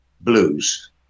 blues